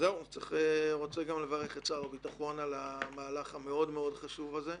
אני רוצה לברך את שר הביטחון על המהלך המאוד-חשוב הזה,